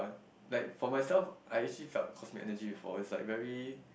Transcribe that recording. like for myself I actually felt cosmic energy before it's like very